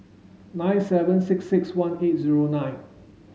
nine seven six six one eight zero nine